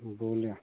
बोला